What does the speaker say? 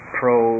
pro